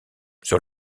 sur